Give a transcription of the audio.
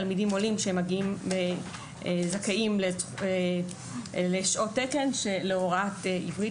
תלמידים עולים זכאים לשעות תקן להוראת עברית